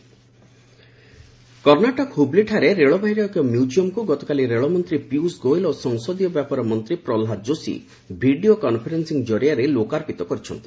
ମ୍ୟୁକ୍ିୟମ୍ କର୍ଣ୍ଣାଟକ ହୁବ୍ଲିଠାରେ ରେଳବାଇର ଏକ ମ୍ୟୁକ୍କିୟମ୍କୁ ଗତକାଲି ରେଳମନ୍ତ୍ରୀ ପିୟୁଷ ଗୋଏଲ୍ ଓ ସଂସଦୀୟ ବ୍ୟାପାର ମନ୍ତ୍ରୀ ପ୍ରହ୍ଲାଦ ଯୋଶୀ ଭିଡ଼ିଓ କନ୍ଫରେନ୍ସିଂ କରିଆରେ ଲୋକାର୍ପିତ କରିଛନ୍ତି